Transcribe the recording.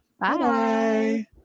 Bye